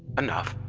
enough.